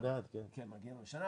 נניח,